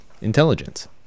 intelligence